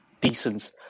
decent